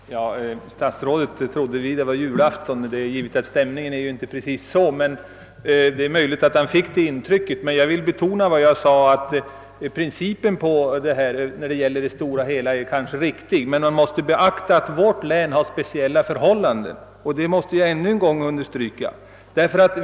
Herr talman! Statsrådet trodde visst det var julafton, men stämningen är ju inte precis sådan. Det är möjligt att han fick det intrycket, men jag vill betona vad jag sade: principen i det stora hela är kanske riktig, dock måste man beakta att vårt län har speciella förhållanden. Detta måste jag än en gång understryka.